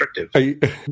restrictive